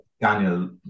Daniel